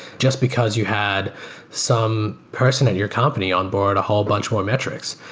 just because you had some person at your company onboard a whole bunch more metrics,